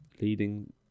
leading